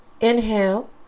inhale